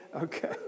Okay